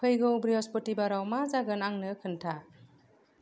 फैगौ बृहसपुथिबाराव मा जागोन आंनो खोन्था